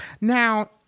Now